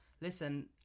listen